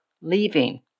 leaving